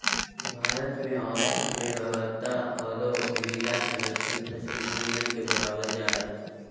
भारत में और्थिक व्यवहार्यता औरो मृदा संरक्षण फसल घूर्णन के बढ़ाबल जा हइ